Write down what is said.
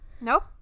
nope